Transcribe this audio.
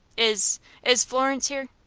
is is florence here?